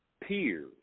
peers